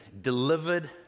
delivered